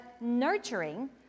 nurturing